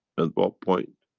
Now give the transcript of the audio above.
and but point